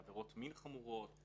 לעבירות מין חמורות.